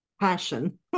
passion